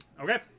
Okay